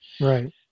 Right